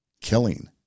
killing